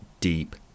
Deep